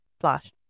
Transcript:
flash